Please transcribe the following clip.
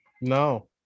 No